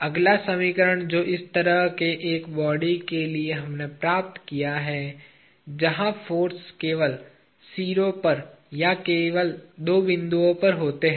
अगला सरलीकरण जो इस तरह के एक बॉडी के लिए हमने प्राप्त किया है जहां फाेर्स केवल सिरों पर या केवल दो बिंदुओं पर होते हैं